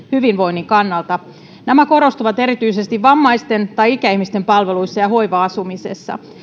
hyvinvoinnin kannalta nämä korostuvat erityisesti vammaisten tai ikäihmisten palveluissa ja hoiva asumisessa